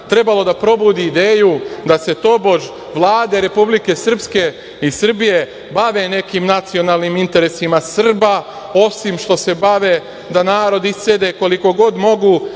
trebala da probudi ideju da se tobož vlade Republike Srpske i Srbije bave nekim nacionalnim interesima Srba, osim što se bave da narod iscede koliko god mogu